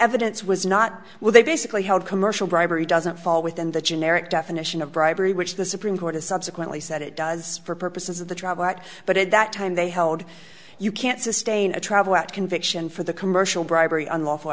evidence was not with a basically held commercial bribery doesn't fall within the generic definition of bribery which the supreme court has subsequently said it does for purposes of the trial but but at that time they held you can't sustain a travel at conviction for the commercial bribery unlawful